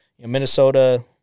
Minnesota